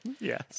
Yes